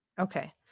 Okay